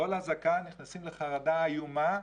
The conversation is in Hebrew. כל אזעקה נכנסים לחרדה איומה.